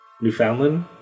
Newfoundland